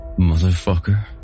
Motherfucker